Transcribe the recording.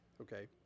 Okay